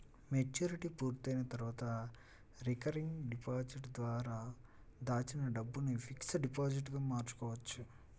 maturity పూర్తయిన తర్వాత recurring deposit ద్వారా దాచిన డబ్బును ఫిక్స్డ్ డిపాజిట్ గా మార్చుకోవచ్చు